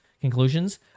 conclusions